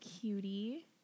cutie